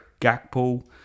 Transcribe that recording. Gakpo